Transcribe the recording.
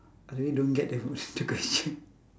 I really don't get the the question